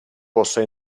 possa